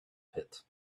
pit